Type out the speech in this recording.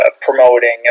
promoting